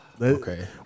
Okay